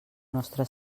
nostre